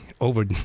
over